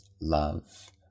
love